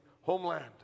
homeland